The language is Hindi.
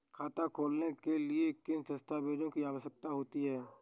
खाता खोलने के लिए किन दस्तावेजों की आवश्यकता होती है?